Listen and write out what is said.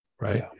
Right